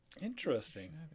Interesting